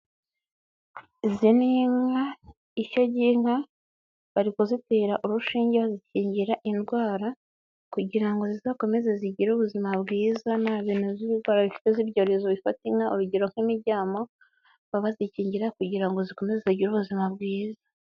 Izi ni inka, ishyo ry'inka bari kuzitera urushinge bazikingira indwara, kugira ngo zizakomeze zigire ubuzima bwiza, nta bintu by'ibirwara zifite by'ibyorezo bifatata inka, urugero nk'imiryamo, baba bazikingira, kugira ngo zikomeze zigire ubuzima bwiza.